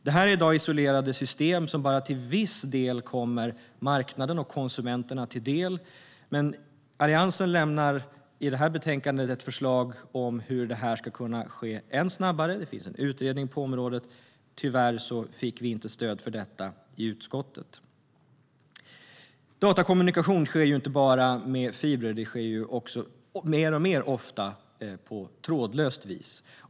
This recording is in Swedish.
Det är isolerade system som bara till viss del kommer marknaden och konsumenterna till del. Alliansen lägger i betänkandet fram ett förslag om hur det ska kunna ske ännu snabbare, och det finns en utredning på området. Tyvärr fick vi inte stöd för detta i utskottet. Datakommunikation sker inte bara med fiber utan allt oftare trådlöst.